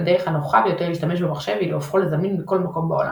הדרך הנוחה ביותר להשתמש במחשב היא להפכו לזמין מכל מקום בעולם,